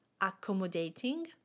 Accommodating